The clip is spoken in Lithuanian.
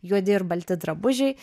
juodi ir balti drabužiai